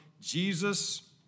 Jesus